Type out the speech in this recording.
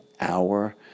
hour